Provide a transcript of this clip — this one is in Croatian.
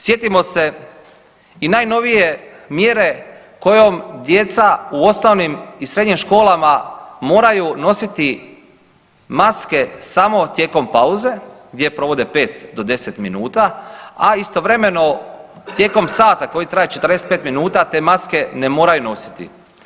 Sjetimo se i najnovije mjere kojom djeca u osnovnim i srednjim školama moraju nositi maske samo tijekom pauze gdje provode 5 do 10 minuta, a istovremeno tijekom sata koji traje 45 minuta te maske ne moraju nositi.